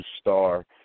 star